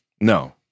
No